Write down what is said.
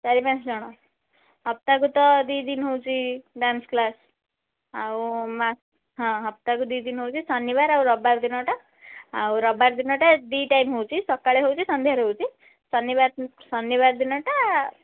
ଚାରି ପାଞ୍ଚ ଜଣ ସପ୍ତାହକୁ ତ ଦୁଇ ଦିନ ହେଉଛି ଡ୍ୟାନ୍ସ କ୍ଲାସ୍ ଆଉ ହଁ ସପ୍ତାହକୁ ଦୁଇ ଦିନ ହେଉଛି ଶନିବାର ଆଉ ରବିବାର ଦିନଟା ଆଉ ରବିବାର ଦିନଟା ଦୁଇ ଟାଇମ ହେଉଛି ସକାଳେ ହେଉଛି ସନ୍ଧ୍ୟାରେ ହେଉଛି ଶନିବାର ଶନିବାର ଦିନଟା